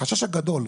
החשש הגדול.